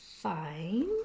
fine